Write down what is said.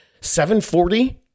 740